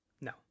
No